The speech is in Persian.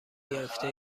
گرفته